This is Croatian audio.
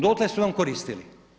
Dotle su vam koristili.